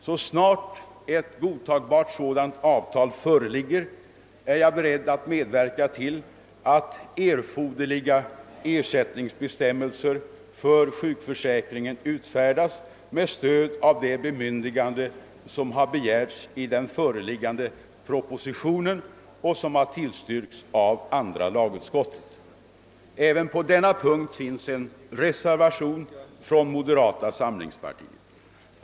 Så snart ett godtagbart sådant avtal föreligger är jag beredd att medverka till att erforderliga ersättningsbestämmelser för sjukförsäkringen utfärdas med stöd av det bemyndigande som har begärts i den föreliggande propositionen och som har tillstyrkts av andra lagutskottet. Även på denna punkt finns en reservation från moderata samlingspartiet.